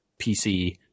PC